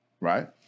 Right